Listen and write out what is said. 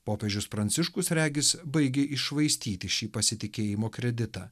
popiežius pranciškus regis baigia iššvaistyti šį pasitikėjimo kreditą